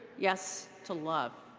yes to love.